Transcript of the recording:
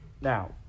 Now